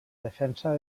defensa